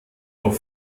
noch